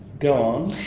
go